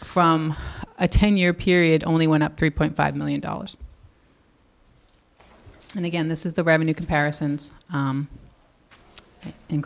from a ten year period only went up three point five million dollars and again this is the revenue comparisons